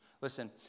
Listen